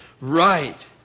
right